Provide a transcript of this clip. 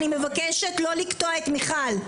אני מבקשת לא לקטוע את מיכל.